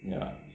ya